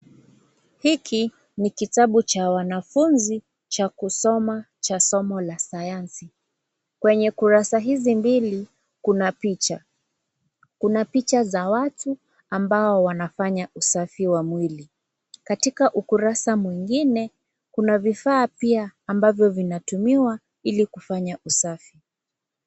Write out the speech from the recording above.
Hiki ni kitabu cha wanafunzi cha kusoma cha somo la Sayansi. Kwenye kurasa hizi mbili kuna picha. Kuna picha za watu ambao wanafanya usafi wa mwili. Katika ukurasa mwingine kuna vifaa pia ambavyo vinatumiwa ili kufanya usafi.